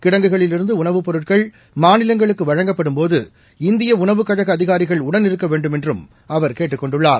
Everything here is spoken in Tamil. கிடங்குகளில் இருந்து உணவுப் பொருட்கள் மாநிலங்களுக்கு வழங்கப்படும் போது இந்திய உணவுக்கழக அதிகாரிகள் உடன் இருக்க வேண்டும் என்றும் அவர் கேட்டுக் கொண்டுள்ளார்